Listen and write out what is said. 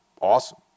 awesome